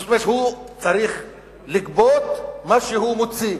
הוא צריך לגבות מה שהוא מוציא.